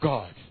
God